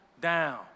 down